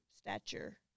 stature